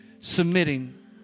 submitting